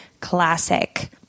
classic